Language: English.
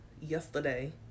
yesterday